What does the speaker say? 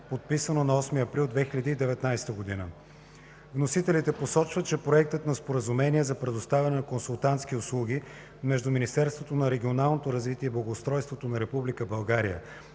подписано на 8 април 2019 г. Вносителите посочват, че проектът на Споразумение за предоставяне на консултантски услуги между Министерството на регионалното развитие и благоустройството на